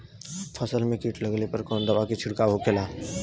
फसल में कीट लगने पर कौन दवा के छिड़काव होखेला?